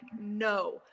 no